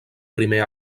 primer